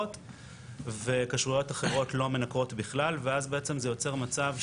לא ברור איך עושים שיבוצים לכל המשלחות.